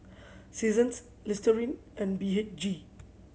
Seasons Listerine and B H G